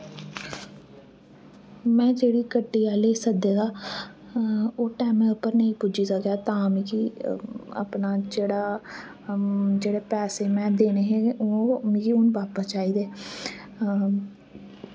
में जेह्ड़ी गड्डी आह्ले गी सद्दे दा ओह् टैमें उप्पर निं पुज्जी सकेआ तां मिगी अपना जेह्ड़ा जेह्ड़े पैसे में देने हे ओह् मिगी हून बापस चाहिदे